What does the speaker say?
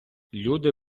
люди